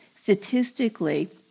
statistically